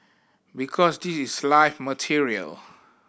because this is live material